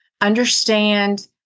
Understand